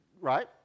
right